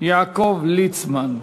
יעקב ליצמן.